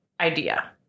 idea